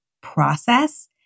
process